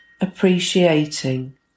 appreciating